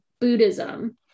Buddhism